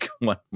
one